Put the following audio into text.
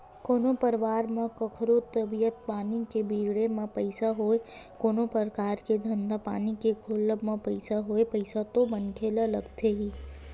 कोनो परवार म कखरो तबीयत पानी के बिगड़े म पइसा होय कोनो परकार के धंधा पानी के खोलब म पइसा होय पइसा तो मनखे ल लगथे ही